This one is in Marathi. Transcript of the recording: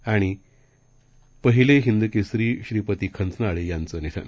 आणि पहिलेहिंदकेसरीश्रीपतीखंचनाळेयांचंनिधन